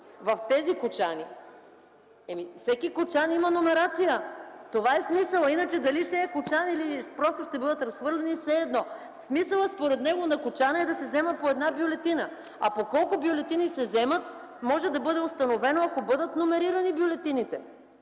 Ами, във всеки кочан има номерация. Това е смисълът, иначе дали ще е кочан или просто ще бъдат разхвърляни, все едно е. Смисълът, според него, на кочана, е да се вземат по една бюлетина, а пък колко бюлетини се вземат, може да бъде установено, ако бъдат номерирани бюлетините.